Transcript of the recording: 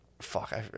Fuck